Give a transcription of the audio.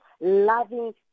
loving